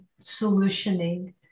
solutioning